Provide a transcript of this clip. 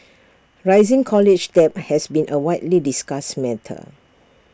rising college debt has been A widely discussed matter